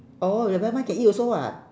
oh nevermind can eat also [what]